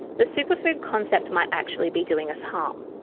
the superfood concept might actually be doing us harm.